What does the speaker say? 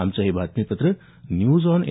आमचं हे बातमीपत्र न्यूज ऑन ए